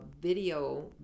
video